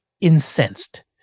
incensed